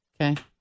Okay